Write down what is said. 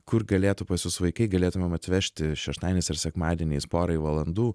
kur galėtų pas jus vaikai galėtumėm atvežti šeštadieniais ir sekmadieniais porai valandų